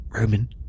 Roman